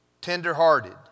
tenderhearted